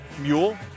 mule